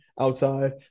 Outside